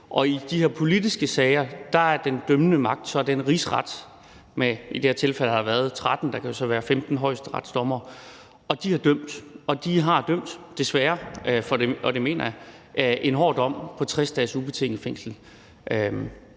Og i de politiske sager er den dømmende magt så den rigsret med i det her tilfælde 13 – der kan så være 15 – højesteretsdommere, og de har dømt. De har dømt, desværre – og det mener jeg – en hård dom på 60 dages ubetinget fængsel,